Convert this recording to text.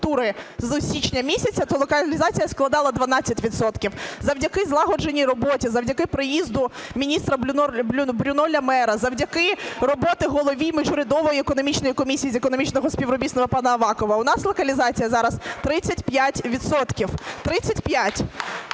із січня місяця, то локалізація складала 12 відсотків. Завдяки злагодженій роботі, завдяки приїзду міністра Бруно Ле Мера, завдяки роботі голові міжурядової економічної комісії з економічного співробітництва пана Авакова, у нас локалізація зараз 35